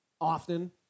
Often